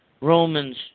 Romans